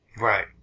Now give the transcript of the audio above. Right